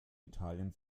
italien